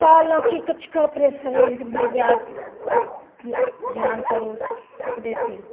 कहलहुँ की किछु करैत रहै शरीर भेट जाए धिआन करू पुरे